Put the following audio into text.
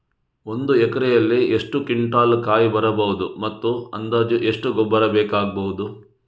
ಒಂದು ಎಕರೆಯಲ್ಲಿ ಎಷ್ಟು ಕ್ವಿಂಟಾಲ್ ಕಾಯಿ ಬರಬಹುದು ಮತ್ತು ಅಂದಾಜು ಎಷ್ಟು ಗೊಬ್ಬರ ಬೇಕಾಗಬಹುದು?